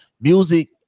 Music